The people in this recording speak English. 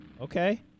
Okay